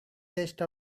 taste